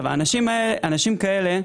אנשים כאלה,